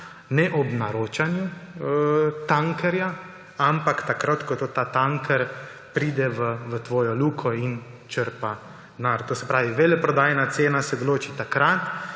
ob naročanju tankerja, ampak takrat ko ta tanker pride v tvojo luko in črpa. To se pravi, veleprodajna cena se določi takrat,